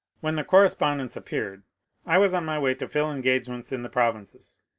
when the correspondence appeared i was on my way to fill etgagements in the provinces.